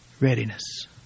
Readiness